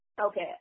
Okay